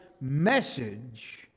message